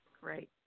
Great